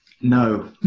No